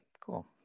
cool